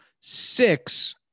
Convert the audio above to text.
six